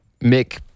Mick